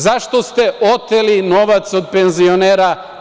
Zašto ste oteli novac od penzionera?